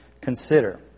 consider